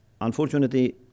Unfortunately